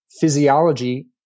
physiology